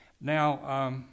Now